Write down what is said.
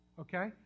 Okay